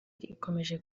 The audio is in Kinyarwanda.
ikomeza